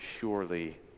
Surely